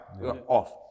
off